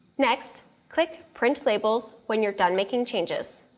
next, click print labels when you're done making changes.